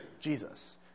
Jesus